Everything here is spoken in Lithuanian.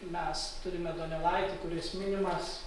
mes turime donelaitį kuris minimas